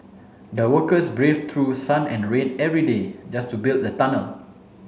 the workers braved through sun and rain every day just to build the tunnel